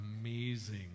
amazing